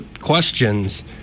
questions